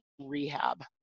rehab